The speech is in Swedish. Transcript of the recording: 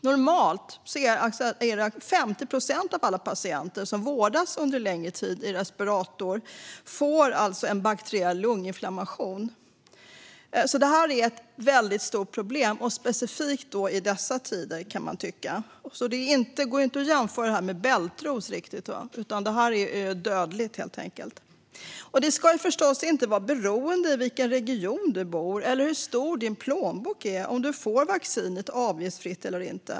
Normalt får 50 procent av alla patienter som vårdas under längre tid i respirator en bakteriell lunginflammation. Det är ett väldigt stort problem, speciellt i dessa tider. Det går inte riktigt att jämföra det med bältros, utan det är helt enkelt dödligt. Det ska förstås inte vara beroende på i vilken region du bor eller hur stor din plånbok är om du får vaccinet avgiftsfritt eller inte.